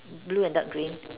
blue and dark green